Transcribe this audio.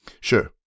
Sure